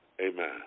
Amen